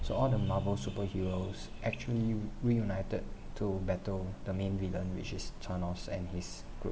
so all the marvel superheroes actually reunited to battle the main villain which is thanos and his group